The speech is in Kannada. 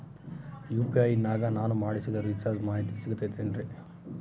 ಯು.ಪಿ.ಐ ನಾಗ ನಾನು ಮಾಡಿಸಿದ ರಿಚಾರ್ಜ್ ಮಾಹಿತಿ ಸಿಗುತೈತೇನ್ರಿ?